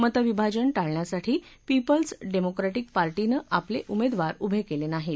मतविभाजन टाळण्यासाठी people's democratic पार्टीनं आपले उमेदवार उभे केले नाहीत